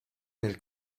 nel